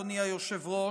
אדוני היושב-ראש,